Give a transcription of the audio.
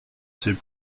sais